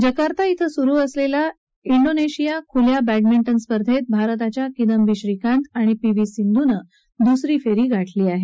Jakarta क्रें सुरू असलेल्या क्रोनेशिया खुल्या बॅडमिंटन स्पर्धेत भारताच्या किदंबी श्रीकांत आणि पी व्ही सिंधू यांनी दुसरी फेरी गाठली आहे